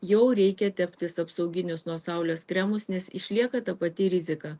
jau reikia teptis apsauginius nuo saulės kremus nes išlieka ta pati rizika